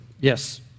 Yes